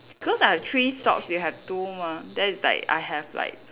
because I have three stalks you have two mah then it's like I have like